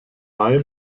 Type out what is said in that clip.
mai